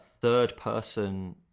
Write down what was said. third-person